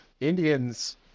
Indians